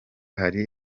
ari